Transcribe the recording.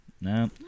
no